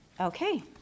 Okay